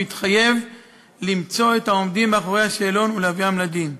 והתחייב למצוא את העומדים מאחורי השאלון ולהביאם לדין.